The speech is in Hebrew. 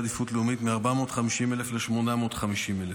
עדיפות לאומית מ-450,000 ל-850,000.